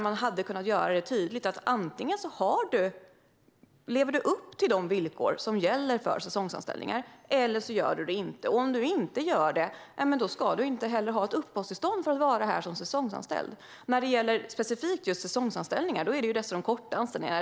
Man hade kunnat göra det tydligt att antingen lever du upp till de villkor som gäller för säsongsanställningar eller så gör du det inte, och om du inte gör det ska du heller inte ha ett uppehållstillstånd för att vara här som säsongsanställd. När det gäller specifikt säsongsanställningar är det ju dessutom korta anställningar.